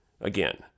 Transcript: Again